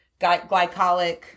glycolic